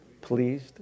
pleased